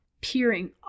peering